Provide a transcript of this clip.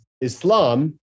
Islam